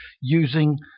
using